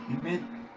Amen